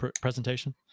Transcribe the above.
presentation